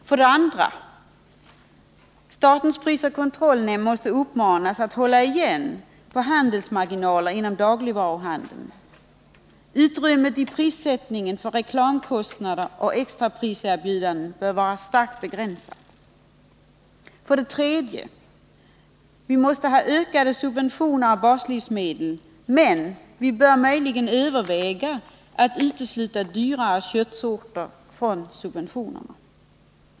För det andra: Statens prisoch kartellnämnd måste uppmanas att hålla igen i fråga om handelsmarginaler inom dagligvaruhandeln. Utrymmet vid prissättningen för reklamkostnader och extrapriserbjudanden bör vara starkt begränsat. För det tredje: Vi måste ha större subventioner när det gäller baslivsmedel, men vi bör möjligen överväga att utesluta dyrare köttsorter från subventionerna.